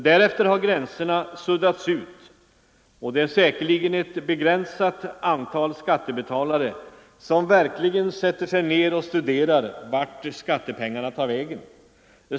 Därefter har gränserna suddats ut, och det är säkerligen ett begränsat antal skattebetalare som verkligen sätter sig ner och studerar vart skattepengarna tar vägen.